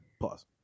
Pause